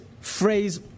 phrase